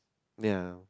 ya